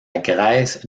graisse